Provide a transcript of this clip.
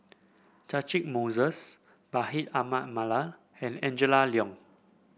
Catchick Moses Bashir Ahmad Mallal and Angela Liong